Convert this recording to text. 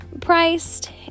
priced